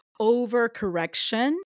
overcorrection